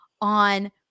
on